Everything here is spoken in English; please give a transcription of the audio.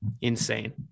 insane